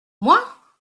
moi